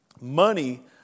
money